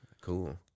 Cool